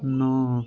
ନଅ